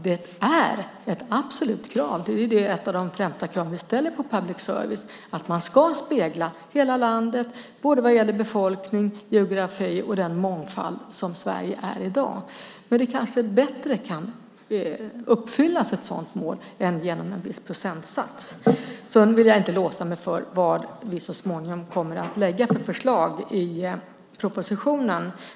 Det är ett absolut krav, ett av de främsta krav vi ställer på public service, att man ska spegla hela landet vad gäller befolkning, geografi och den mångfald som Sverige har i dag. Men ett sådant mål kanske kan uppfyllas på ett bättre sätt än genom en viss procentsats. Jag vill inte låsa mig för vad vi så småningom kommer att lägga för förslag i propositionen.